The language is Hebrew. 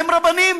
הם רבנים